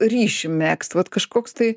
ryšį megzt vat kažkoks tai